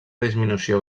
disminució